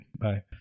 bye